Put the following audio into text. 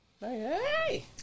Hey